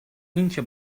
اینکه